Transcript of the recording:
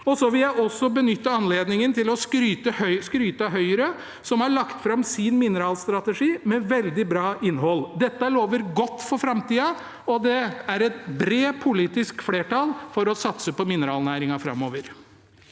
Jeg vil også benytte anledningen til å skryte av Høyre, som har lagt fram sin mineralstrategi med veldig bra innhold. Dette lover godt for framtida, og det er et bredt politisk flertall for å satse på mineralnæringen framover.